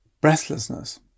Breathlessness